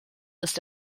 ist